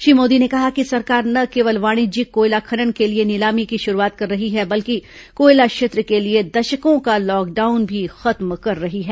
श्री मोदी ने कहा कि सरकार न केवल वाणिज्यिक कोयला खनन के लिए नीलामी की शुरूआत कर रही है बल्कि कोयला क्षेत्र के लिए दशकों का लॉकडाउन भी खत्म कर रही है